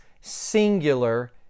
singular